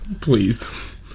Please